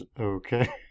Okay